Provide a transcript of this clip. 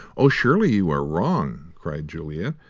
oh, surely you are wrong, cried juliet.